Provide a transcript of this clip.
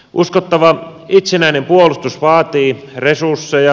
uskottava itsenäinen puolustus vaatii resursseja